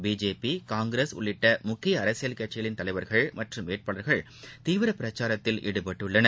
BJP Congress உள்ளிட்டமுக்கியஅரசியல் கட்சிகளிள் தலைவர்கள் மற்றம் வேட்பாளர்கள் தீவிரபிரச்சாரத்தில் ஈடுபட்டுள்ளனர்